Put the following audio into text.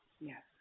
Yes